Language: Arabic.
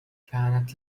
كانت